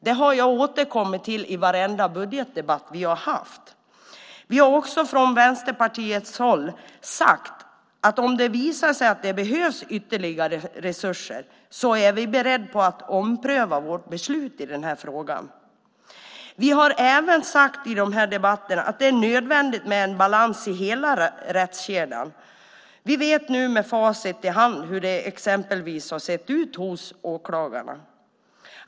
Det har jag återkommit till i varenda budgetdebatt. Vi har också från Vänsterpartiets håll sagt att om det visar sig att det behövs ytterligare resurser är vi beredda att ompröva vårt beslut i denna fråga. Vi har även sagt att det är nödvändigt med en balans i hela rättskedjan. Vi vet nu med facit i hand hur det exempelvis har sett ut hos åklagarna.